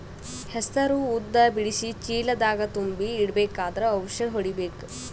ಹೆಸರು ಉದ್ದ ಬಿಡಿಸಿ ಚೀಲ ದಾಗ್ ತುಂಬಿ ಇಡ್ಬೇಕಾದ್ರ ಔಷದ ಹೊಡಿಬೇಕ?